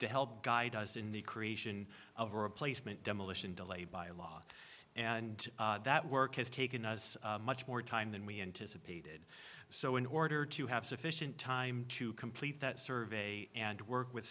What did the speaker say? to help guide us in the creation of a replacement demolition delay by law and that work has taken us much more time than we anticipated so in order to have sufficient time to complete that survey and to work with